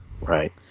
Right